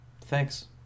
thanks